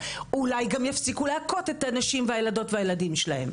אולי גם יפסיקו להכות את הנשים והילדות והילדים שלהם.